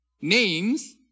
Names